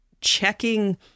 checking